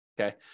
okay